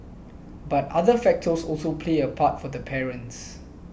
but other factors also played a part for the parents